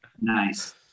Nice